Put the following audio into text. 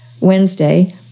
Wednesday